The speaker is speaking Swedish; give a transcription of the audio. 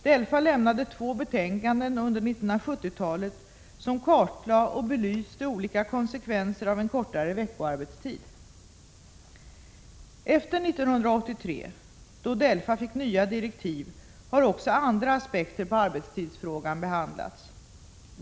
DELFA lämnade två betänkanden under 1970-talet som kartlade och belyste olika konsekvenser av en kortare veckoarbetstid. Efter 1983, då DELFA fick nya direktiv, har också andra aspekter på arbetstidsfrågan behandlats.